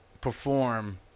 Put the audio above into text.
perform